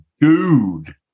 dude